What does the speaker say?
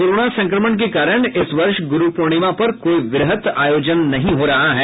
corona संक्रमण के कारण इस वर्ष गुरु पूर्णिमा पर कोई वृहत आयोजन तो नही हो रहा है